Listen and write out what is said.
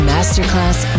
Masterclass